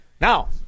Now